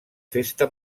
festa